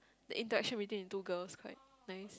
the interaction between the two girls quite nice